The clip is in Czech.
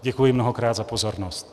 Děkuji mnohokrát za pozornost.